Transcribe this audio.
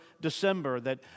December—that